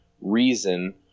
reason